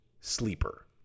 Sleeper